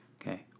okay